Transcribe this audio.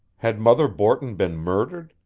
had mother borton been murdered,